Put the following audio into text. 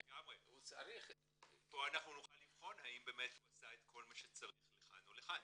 פה אנחנו נוכל לבחון האם באמת הוא עשה את כל מה שצריך לכאן או לכאן.